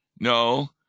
No